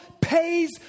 pays